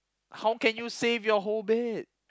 how can you save your whole bed